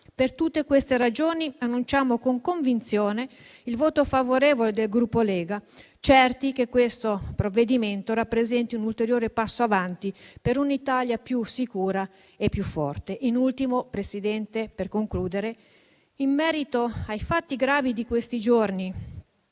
Per tutte queste ragioni annunciamo con convinzione il voto favorevole del Gruppo Lega, certi che il provvedimento al nostro esame rappresenti un ulteriore passo avanti per un'Italia più sicura e più forte. In ultimo, Presidente, per concludere, in merito ai fatti gravi di questi giorni,